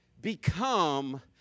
become